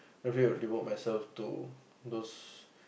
definitely would devote myself to those